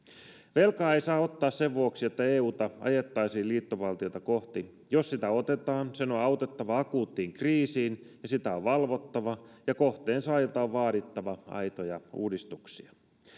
velkaa ei saa ottaa sen vuoksi että euta ajettaisiin liittovaltiota kohti jos sitä otetaan sen on on autettava akuuttiin kriisiin ja sitä on valvottava ja kohteen saajilta on vaadittava aitoja uudistuksia